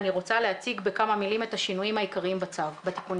אני רוצה להציג בכמה מילים את השינויים העיקריים בתיקונים.